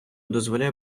дозволяє